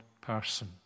person